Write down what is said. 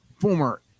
Former